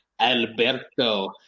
Alberto